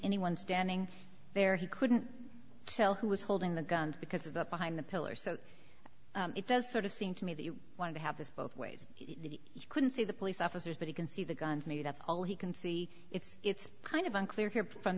anyone standing there he couldn't tell who was holding the gun because of the behind the pillar so it does sort of seem to me that you wanted to have this both ways he couldn't see the police officers but he can see the guns maybe that's all he can see it's it's kind of unclear here from